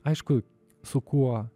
aišku su kuo